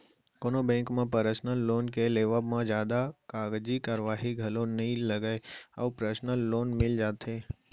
कोनो बेंक म personal loan के लेवब म जादा कागजी कारवाही घलौ नइ लगय अउ परसनल लोन मिल जाथे